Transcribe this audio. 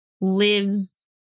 lives